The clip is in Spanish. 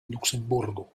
luxemburgo